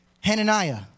hananiah